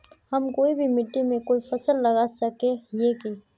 हम कोई भी मिट्टी में कोई फसल लगा सके हिये की?